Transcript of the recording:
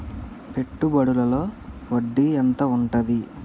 పెట్టుబడుల లో వడ్డీ ఎంత ఉంటది?